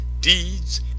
deeds